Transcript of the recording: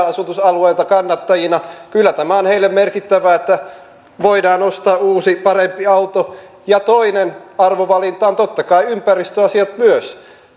asutusalueilta kannattajina kyllä tämä on heille merkittävää että voidaan ostaa uusi parempi auto ja toinen arvovalinta on totta kai ympäristöasiat myös